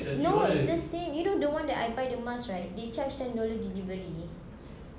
no it's the same you know the one that I buy the mask right they charge ten dollars delivery